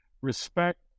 respect